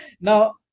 now